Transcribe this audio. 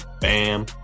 Bam